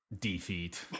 Defeat